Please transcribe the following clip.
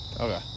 Okay